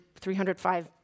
$305